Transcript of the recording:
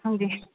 ꯈꯪꯗꯦ